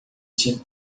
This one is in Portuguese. tinha